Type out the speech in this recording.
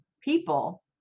people